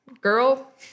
girl